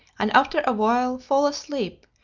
and after a while fall asleep,